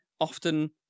often